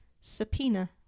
subpoena